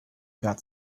got